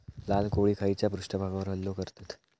लाल कोळी खैच्या पृष्ठभागावर हल्लो करतत?